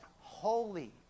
holy